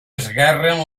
esguerren